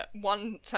one